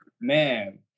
man